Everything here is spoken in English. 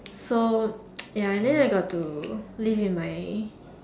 so ya and than I got to live in my